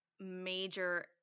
major